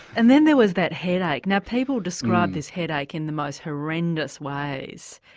and then there was that headache, now people describe this headache in the most horrendous ways.